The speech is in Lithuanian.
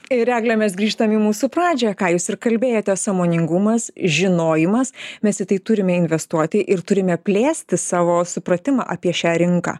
ir egle mes grįžtam į mūsų pradžią ką jūs ir kalbėjote sąmoningumas žinojimas mes į tai turime investuoti ir turime plėsti savo supratimą apie šią rinką